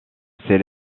ses